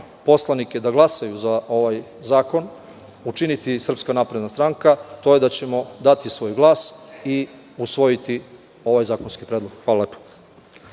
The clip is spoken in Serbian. poslanike da glasaju za ovaj zakon, učiniti SNS, to je da ćemo dati svoj glas i usvojiti ovaj zakonski predlog. Hvala lepo.